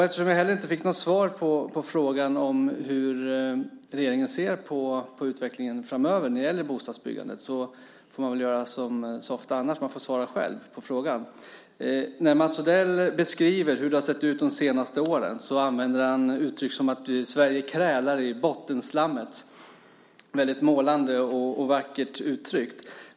Eftersom jag inte fick något svar på hur regeringen ser på utvecklingen framöver när det gäller bostadsbyggandet får jag väl göra som så ofta annars, alltså svara själv. När Mats Odell beskriver hur det har sett ut de senaste åren använder han uttryck som att Sverige "krälar i bottenslammet". Det är målande och vackert uttryckt.